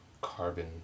carbon